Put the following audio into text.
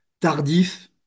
Tardif